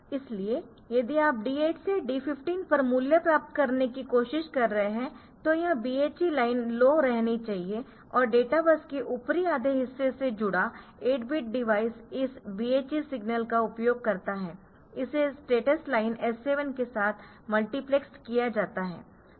इसलिए यदि आप D8 से D15 पर मूल्य प्राप्त करने की कोशिश कर रहे है तो यह BHE लाइन लो रहनी चाहिए और डेटा बस के ऊपरी आधे हिस्से से जुड़ा 8 बिट डिवाइस इस BHE सिग्नल का उपयोग करता है इसे स्टेटस लाइन S7 के साथ मल्टीप्लेसड किया जाता है